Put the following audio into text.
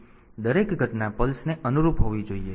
તેથી દરેક ઘટના પલ્સને અનુરૂપ હોવી જોઈએ